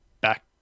back